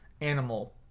animal